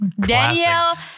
Danielle